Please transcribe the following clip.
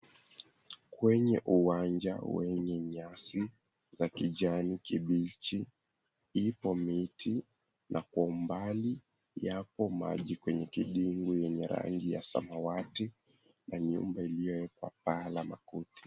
kwenye uwanja wenye nyasi za kijani kibichi ipo miti na kwa umbali yapo maji kwenye kidimbwai yenye rangi ya samawati na nyumba ilio wekwa paa la makuti.